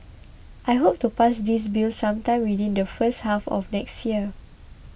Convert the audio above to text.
I hope to pass this bill sometime within the first half of next year